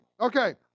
Okay